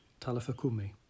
Talafakumi